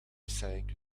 cinq